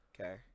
Okay